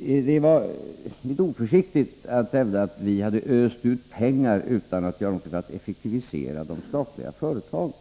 det var litet oförsiktigt att hävda att vi hade öst ut pengar utan att göra någonting för att effektivisera de statliga företagen.